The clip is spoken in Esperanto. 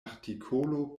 artikolo